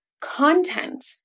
content